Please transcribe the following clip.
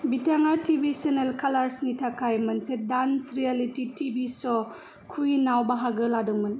बिथाङा T V channel कालर्सनि थाखाय मोनसे dance reality T V show कुइनआव बाहागो लादोंमोन